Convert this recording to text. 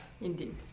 Indeed